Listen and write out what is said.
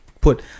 put